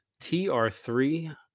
TR3